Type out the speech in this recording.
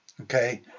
Okay